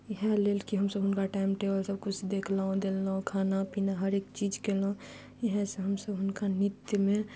इएह लेल कि हमसब हुनका टाइम टेबल सब किछु देखलहुॅं देलहुॅं खाना पीना हरेक चीज केलहुॅं इएह से हमसब हुनका नृत्यमे